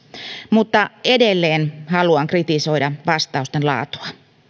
mutta edelleen haluan kritisoida vastausten laatua